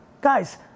Guys